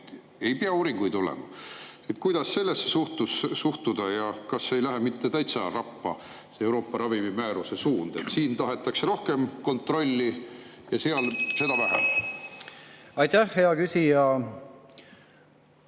ei pea uuringuid olema. Kuidas sellesse suhtuda? Kas see ei lähe mitte täitsa rappa, see Euroopa ravimimääruse suund? Siin tahetakse rohkem kontrolli ja seal seda vähem. Aitäh, hea küsija!